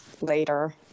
later